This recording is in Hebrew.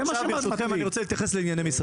עכשיו, ברשותכם, אני רוצה להתייחס לענייני משרדי.